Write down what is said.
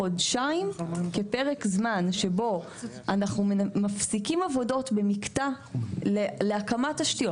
חודשיים כפרק זמן שבו אנחנו מפסיקים עבודות במקטע להקמת תשתיות,